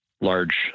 large